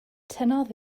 tynnodd